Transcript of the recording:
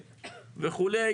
וכו',